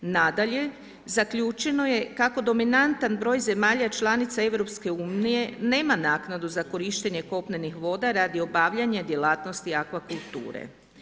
Nadalje, zaključeno je kako dominantan broj zemalja članica Europske unije nema naknadu za korištenje kopnenih voda radi obavljanja djelatnosti akvakulture.